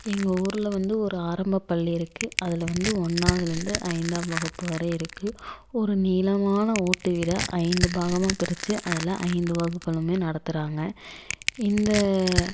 எங்கள் ஊரில் வந்து ஒரு ஆரம்ப பள்ளி இருக்குது அதில் வந்து ஒன்னாவுதுலருந்து ஐந்தாம் வகுப்பு வரை இருக்குது ஒரு நீளமான ஓட்டு வீடை ஐந்து பாகமாக பிரித்து அதில் ஐந்து வகுப்புகளுமே நடத்துகிறாங்க இந்த